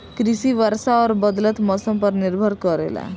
कृषि वर्षा और बदलत मौसम पर निर्भर करेला